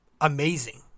amazing